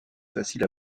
facile